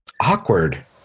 awkward